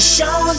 show